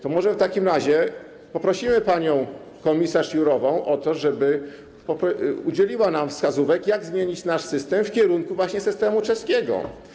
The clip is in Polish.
To może w takim razie poprosimy panią komisarz Jourovą o to, żeby udzieliła nam wskazówek, jak zmienić nasz system w kierunku właśnie systemu czeskiego.